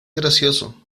gracioso